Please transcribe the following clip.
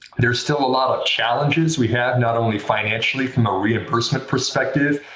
there's still a lot of challenges we have, not only financially, from a reimbursement perspective,